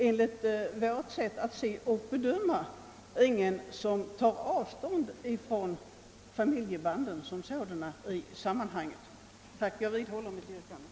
Enligt vårt sätt att se och bedöma är det ingen som tar avstånd från familjebandens betydelse i sammanhanget. Jag vidhåller mitt yrkande.